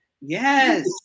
yes